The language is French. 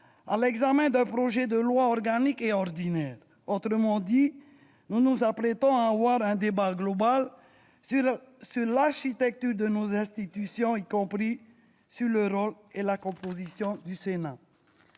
à l'examen d'un projet de loi organique et d'un projet de loi ordinaire. Autrement dit, nous nous apprêtons à avoir un débat global sur l'architecture de nos institutions, y compris sur le rôle et la composition du Sénat.